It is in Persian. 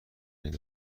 رنگ